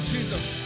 Jesus